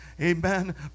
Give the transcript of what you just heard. Amen